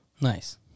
Nice